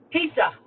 Pizza